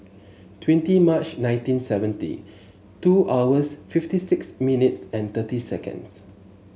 twenty March nineteen seventy two hours fifty six minutes and thirty seconds